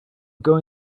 going